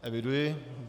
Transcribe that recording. Eviduji.